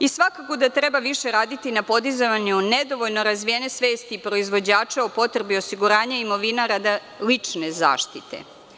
i svakako da treba više raditi na podizanju nedovoljno razvijene svesti proizvođača o potrebi osiguranja imovina radi lične zaštite.